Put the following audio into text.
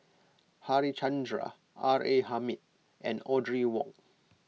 Harichandra R A Hamid and Audrey Wong